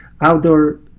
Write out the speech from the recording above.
outdoor